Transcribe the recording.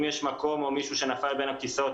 אם יש מקום או מישהו שנפל בין הכיסאות,